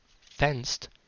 fenced